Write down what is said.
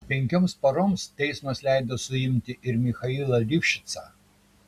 penkioms paroms teismas leido suimti ir michailą livšicą